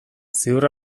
ziur